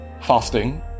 fasting